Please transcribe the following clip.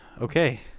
Okay